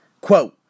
Quote